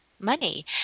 money